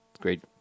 Great